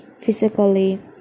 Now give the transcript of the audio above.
physically